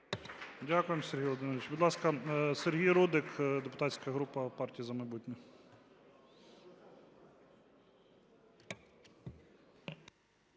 Дякуємо, Сергій Володимирович. Будь ласка, Сергій Рудик, депутатська група "Партія "За майбутнє".